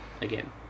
again